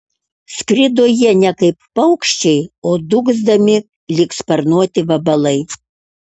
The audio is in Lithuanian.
skrido jie ne kaip paukščiai o dūgzdami lyg sparnuoti vabalai